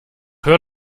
hör